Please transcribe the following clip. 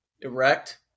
erect